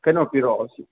ꯀꯩꯅꯣ ꯄꯤꯔꯛꯑꯣ ꯑꯁꯤ